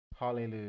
Hallelujah